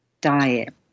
diet